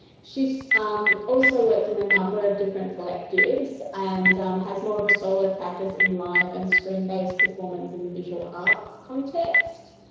she's um also worked in a number of different collectives and has more of a solo practice in live and screen-based performance in the visual arts context.